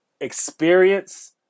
experience